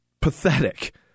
pathetic